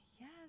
yes